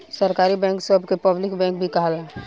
सरकारी बैंक सभ के पब्लिक बैंक भी कहाला